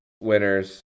winner's